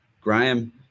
Graham